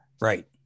Right